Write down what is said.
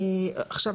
עכשיו,